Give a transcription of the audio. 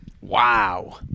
Wow